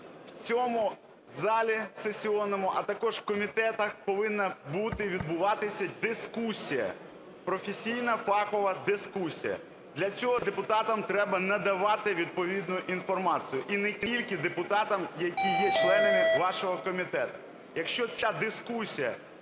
в цьому залі сесійному, а також в комітетах повинна бути, відбуватися дискусія, професійна, фахова дискусія. Для цього депутатам треба надавати відповідну інформацію, і не тільки депутатам, які є членами вашого комітету. Якщо ця дискусія